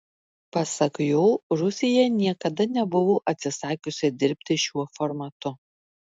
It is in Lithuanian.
pasak jo rusija niekada nebuvo atsisakiusi dirbti šiuo formatu